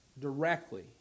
directly